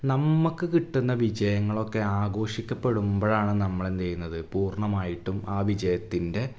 നമുക്കു കിട്ടുന്ന വിജയങ്ങളൊക്കെ ആഘോഷിക്കപ്പെടുമ്പോഴാണ് നമ്മളെന്തു ചെയ്യുന്നത് പൂര്ണ്ണമായിട്ടും ആ വിജയത്തിന്റെ